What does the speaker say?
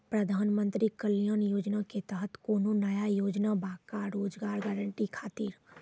प्रधानमंत्री कल्याण योजना के तहत कोनो नया योजना बा का रोजगार गारंटी खातिर?